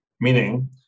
Meaning